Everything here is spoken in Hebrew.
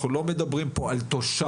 אנחנו לא מדברים פה על תושב,